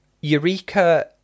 Eureka